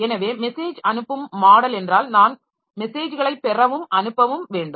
எனவே மெசேஜ் அனுப்பும் மாடல் என்றால் நாம் மெசேஜ்களைப் பெறவும் அனுப்பவும் வேண்டும்